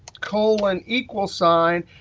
colon, equal sign.